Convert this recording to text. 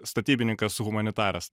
statybininkas humanitaras